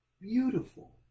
beautiful